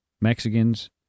Mexicans